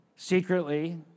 secretly